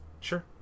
Sure